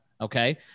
okay